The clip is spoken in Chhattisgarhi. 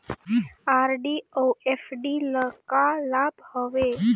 आर.डी अऊ एफ.डी ल का लाभ हवे?